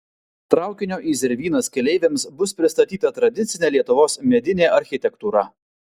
traukinio į zervynas keleiviams bus pristatyta tradicinė lietuvos medinė architektūra